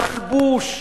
מלבוש,